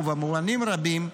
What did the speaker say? ובמובנים רבים,